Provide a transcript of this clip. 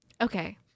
okay